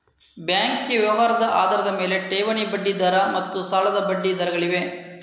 banking ವ್ಯವಹಾರದ ಆಧಾರದ ಮೇಲೆ, ಠೇವಣಿ ಬಡ್ಡಿ ದರ ಮತ್ತು ಸಾಲದ ಬಡ್ಡಿ ದರಗಳಿವೆ